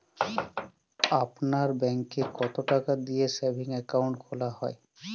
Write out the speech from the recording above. আপনার ব্যাংকে কতো টাকা দিয়ে সেভিংস অ্যাকাউন্ট খোলা হয়?